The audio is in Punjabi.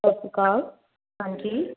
ਸਤਿ ਸ਼੍ਰੀ ਅਕਾਲ ਹਾਂਜੀ